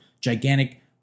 gigantic